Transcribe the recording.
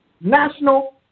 National